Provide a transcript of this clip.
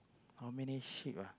how many sheep ah